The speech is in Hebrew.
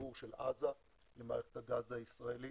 חיבור של עזה למערכת הגז הישראלית.